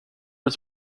his